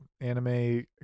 anime